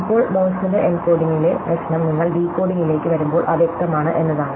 ഇപ്പോൾ മോഴ്സിന്റെ എൻകോഡിംഗിലെ പ്രശ്നം നിങ്ങൾ ഡീകോഡിംഗിലേക്ക് വരുമ്പോൾ അവ്യക്തമാണ് എന്നതാണ്